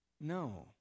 No